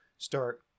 start